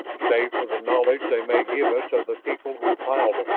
save for the knowledge they may give us of the people who piled them.